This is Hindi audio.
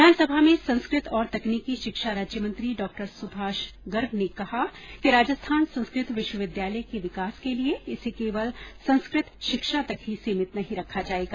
विधानसभा में संस्कृत और तकनीकी शिक्षा राज्यमंत्री डॉ सुभाष गर्ग ने कहा कि राजस्थान संस्कृत विश्वविद्यालय के विकास के लिए इसे केवल संस्कृत शिक्षा तक ही सीमित नहीं रखा जाएगा